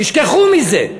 תשכחו מזה.